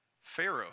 Pharaoh